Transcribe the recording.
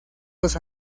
los